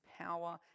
power